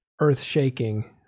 earth-shaking